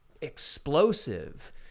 explosive